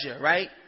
right